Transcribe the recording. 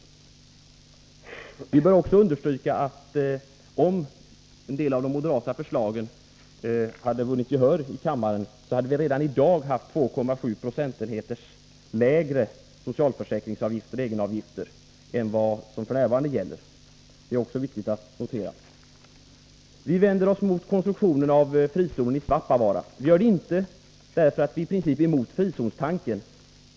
Det bör också understrykas att om en del av de moderata förslagen hade vunnit gehör här i kammaren, hade vi redan i dag haft 2,7 6 lägre socialförsäkringsavgifter än vad som f. n. gäller. Detta är också viktigt att notera. Vi vänder oss mot konstruktionen av frizonen i Svappavaara. Vi gör det inte för att vi i princip är emot frizonstanken.